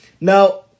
Now